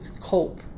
cope